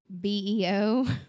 BEO